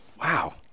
Wow